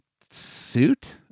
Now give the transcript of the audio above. Suit